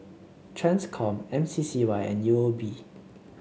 Transcom M C C Y and U O B